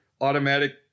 automatic